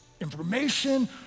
information